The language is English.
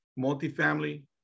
multifamily